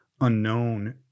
unknown